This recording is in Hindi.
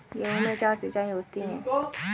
गेहूं में चार सिचाई होती हैं